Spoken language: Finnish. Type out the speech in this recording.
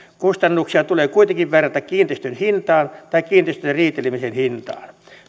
kustannuksia tulee kuitenkin verrata kiinteistön hintaan tai kiinteistöstä riitelemisen hintaan